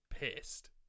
pissed